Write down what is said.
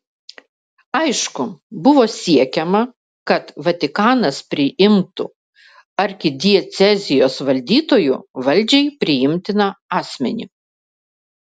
aišku buvo siekiama kad vatikanas priimtų arkidiecezijos valdytoju valdžiai priimtiną asmenį